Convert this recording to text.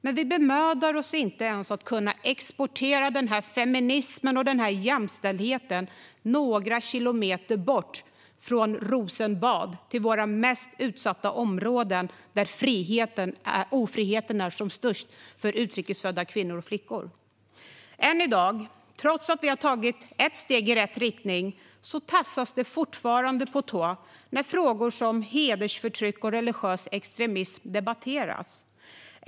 Men vi bemödar oss inte ens att kunna exportera den feminismen och den jämställdheten några kilometer bort från Rosenbad till våra mest utsatta områden där ofriheten är som störst för utrikesfödda kvinnor och flickor. Än i dag, trots att vi tagit ett steg i rätt riktning, tassas det fortfarande på tå när frågor som hedersförtryck och religiös extremism debatteras.